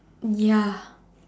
ya